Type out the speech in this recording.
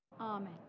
amen